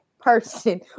person